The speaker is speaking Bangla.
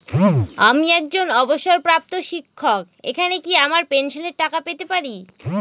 আমি একজন অবসরপ্রাপ্ত শিক্ষক এখানে কি আমার পেনশনের টাকা পেতে পারি?